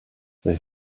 they